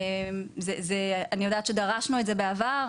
אני יודעת שדרשנו את זה בעבר,